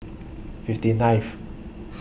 fifty ninth